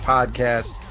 Podcast